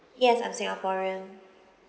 yes I'm singaporean